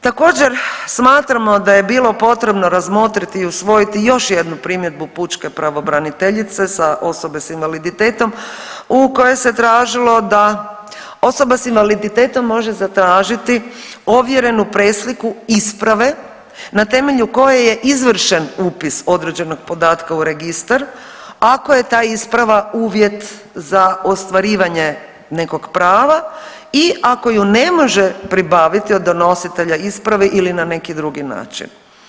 Također, smatramo da je bilo potrebno razmotriti i usvojiti još jednu primjedbu pučke pravobraniteljice za osobe s invaliditetom u kojoj se tražilo da osoba s invaliditetom može zatražiti ovjerenu presliku isprave na temelju koje je izvršen upis određenog podatka u Registar, ako je ta isprava uvjet za ostvarivanje nekog prava i ako ju ne može pribaviti od donositelja isprave ili na neki drugi način.